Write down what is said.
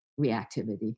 reactivity